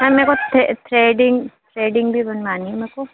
ma'am मेरे को threading threading भी बनवानी है मेको